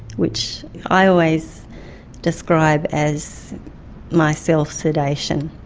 which i always describe as my self-sedation.